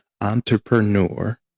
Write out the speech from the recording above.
entrepreneur